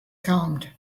calmed